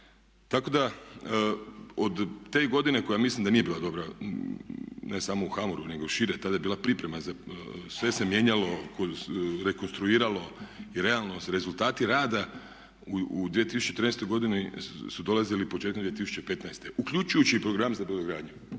Tako da od te godine koja mislim da nije dobra ne samo u HBOR-u, nego i šire, tada je bila priprema za, sve se je mijenjalo, rekonstruiralo i realno su rezultati rada u 2014. godini su dolazili početkom 2015. uključujući i program za brodogradnju,